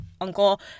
uncle